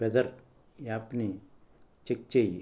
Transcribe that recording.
weather యాప్ని check చెయ్యి